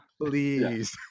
Please